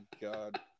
god